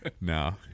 No